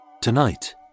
Tonight